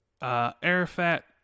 Arafat